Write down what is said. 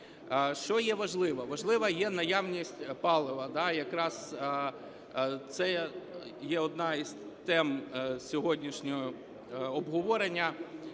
Що є важливо? Важлива є наявність палива. Якраз це є одна із тем сьогоднішнього обговорення.